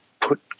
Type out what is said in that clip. put